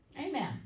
Amen